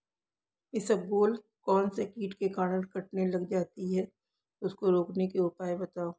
इसबगोल कौनसे कीट के कारण कटने लग जाती है उसको रोकने के उपाय बताओ?